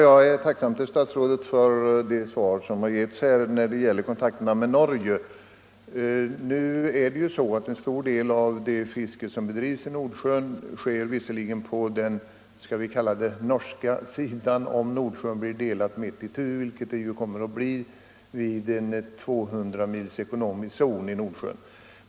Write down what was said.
Herr talman! Jag är statsrådet tacksam för det svar jag har fått när det gäller kontakterna med Norge. Visserligen sker en stor del av det fiske som bedrivs i Nordsjön på vad som kommer att bli den norska sidan, om Nordsjön blir delad mitt itu, vilket den kommer att bli vid införandet av en 200 mils ekonomisk zon i Nordsjön.